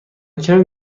کمی